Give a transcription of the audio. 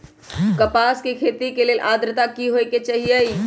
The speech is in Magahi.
कपास के खेती के लेल अद्रता की होए के चहिऐई?